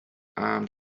armed